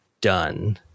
done